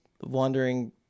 wandering